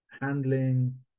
handling